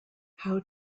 how